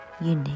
unique